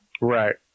Right